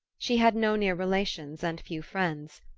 she had no near relations and few friends.